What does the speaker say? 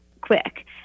quick